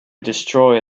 destroy